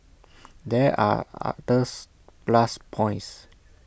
there are others plus points